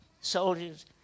soldiers